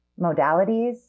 modalities